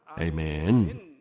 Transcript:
Amen